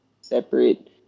separate